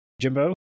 Jimbo